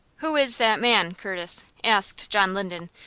who is that man, curtis? asked john linden,